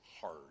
hard